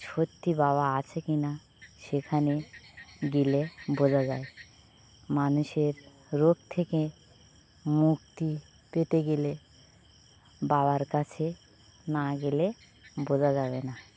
সত্যি বাবা আছে কি না সেখানে গেলে বোঝা যায় মানুষের রোগ থেকে মুক্তি পেতে গেলে বাবার কাছে না গেলে বোঝা যাবে না